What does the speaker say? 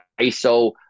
ISO